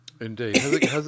Indeed